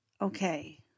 okay